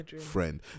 friend